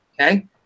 okay